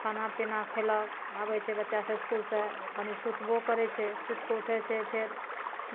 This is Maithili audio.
खाना पीना खेलक आबै छै बच्चा सब इसकुलसॅं कनी सुतबो करै छै सुति कए उठै छै फेर